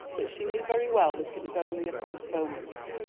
but she knew very well that it was only a postponement.